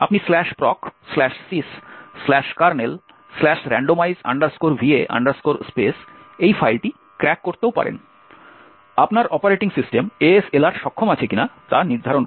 আপনি procsyskernelrandomize va space এই ফাইলটি ক্র্যাক করতেও পারেন আপনার অপারেটিং সিস্টেম ASLR সক্ষম আছে কিনা তা নির্ধারণ করতে